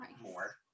more